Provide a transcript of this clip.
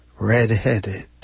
red-headed